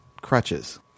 crutches